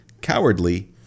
cowardly